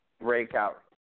breakout